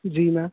ਜੀ ਮੈਮ